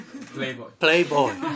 playboy